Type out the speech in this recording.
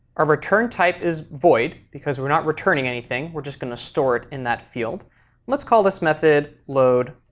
our return type is void because we're not returning anything we're just going to store it in that field and let's call this method loadpokemon.